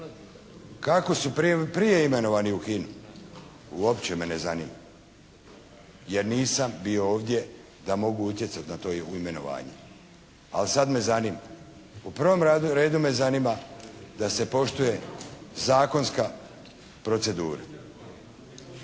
Kako su prije imenovani u HINA-u, uopće me ne zanima, jer nisam bio ovdje da mogu utjecati na to imenovanje, ali sada me zanima. U prvom redu me zanima da se poštuje zakonska procedura.